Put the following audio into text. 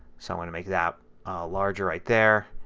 so want to make that larger right there.